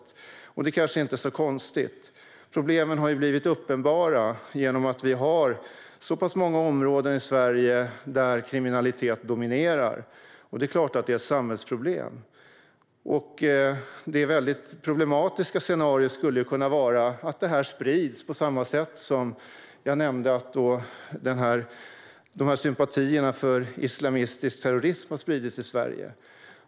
Det kanske inte är så konstigt. Problemen har blivit uppenbara genom att vi har så pass många områden i Sverige där kriminalitet dominerar. Det är klart att det är ett samhällsproblem. Ett problematiskt scenario skulle kunna vara att detta sprids på samma sätt som sympatier för islamistisk terrorism, som jag nämnde, har spridit sig i Sverige.